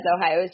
Ohio